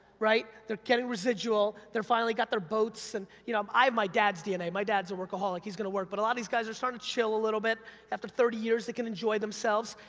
right? they're getting residual, they're finally got their boats and, you know i have my dad's dna, my dad's a workaholic, he's gonna work, but a lot of these guys are startin' to chill a little bit after thirty years, they can enjoy themselves.